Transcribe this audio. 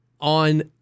on